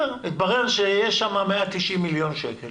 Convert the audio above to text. התברר שיש שם 190 מיליון שקלים